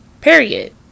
Period